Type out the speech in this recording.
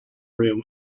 room